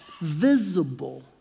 visible